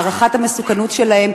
בעד הצביעו 17,